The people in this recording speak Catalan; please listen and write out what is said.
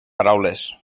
paraules